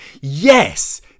Yes